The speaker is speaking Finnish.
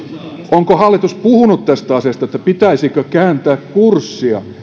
onko hallitus puhunut tästä asiasta että pitäisikö kääntää kurssia